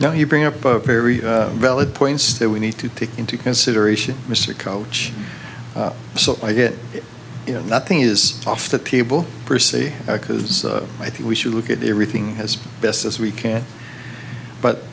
now you bring up a very valid points that we need to take into consideration mr coach so i get you know nothing is off the table for see because i think we should look at everything as best as we can but